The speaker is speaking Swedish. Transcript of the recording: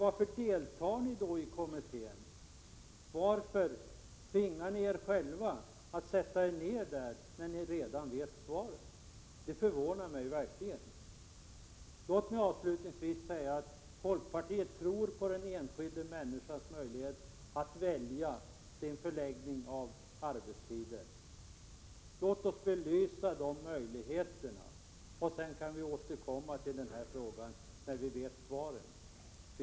Varför deltar ni då i kommittén? Varför tvingar ni er själva att sätta er ner där, när ni redan vet svaren? Folkpartiet tror på den enskilda människans förmåga att själv bestämma hur han skall förlägga sina arbetstider. Låt oss belysa möjligheterna och sedan återkomma till denna fråga när vi vet svaret.